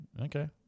Okay